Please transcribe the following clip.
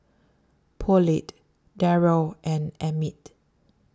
Paulette Darrel and Emmitt